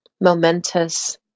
momentous